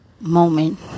moment